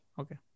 Okay